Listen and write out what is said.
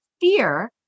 fear